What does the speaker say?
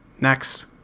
Next